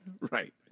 Right